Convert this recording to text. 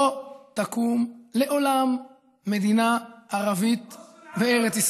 לא תקום לעולם מדינה ערבית בארץ ישראל.